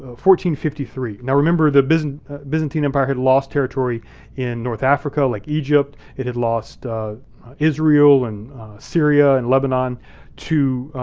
ah fifty three. now, remember, the byzantine byzantine empire had lost territory in north africa, like egypt. it had lost israel and syria and lebanon to